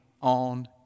on